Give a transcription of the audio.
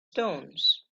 stones